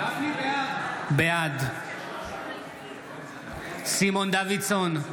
בעד סימון דוידסון,